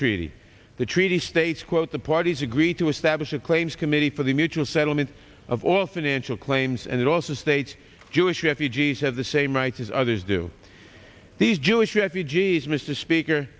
treaty the treaty states quote the parties agree to establish a claims committee for the mutual settlement of all financial claims and it also states jewish refugees have the same rights as others do these jewish refugees mr speaker